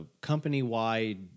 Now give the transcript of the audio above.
company-wide